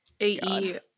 A-E